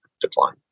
decline